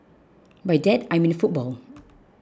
by that I mean football